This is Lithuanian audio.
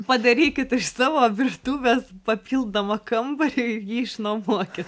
padarykit iš savo virtuvės papildomą kambarį ir jį išnuomokit